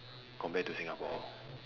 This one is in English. compared to singapore